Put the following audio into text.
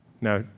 Now